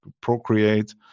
Procreate